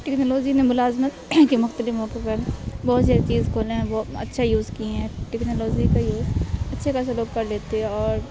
technology نے ملازمت کے مختلف موقع پر بہت ساری چیز کھولیں ہیں وہ اچھا یوز کی ہیں ٹیکنالوجی کا یوز اچھے خاصہ لوگ کر لیتے ہیں اور